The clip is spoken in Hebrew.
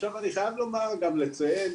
עכשיו אני חייב לומר גם ולציין,